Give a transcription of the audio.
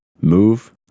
move